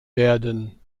werden